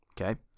Okay